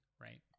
right